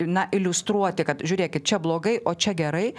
na iliustruoti kad žiūrėkit čia blogai o čia gerai